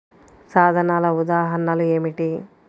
సాధనాల ఉదాహరణలు ఏమిటీ?